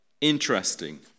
interesting